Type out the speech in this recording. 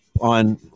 on